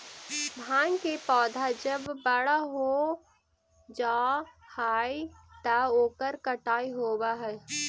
भाँग के पौधा जब बड़ा हो जा हई त ओकर कटाई होवऽ हई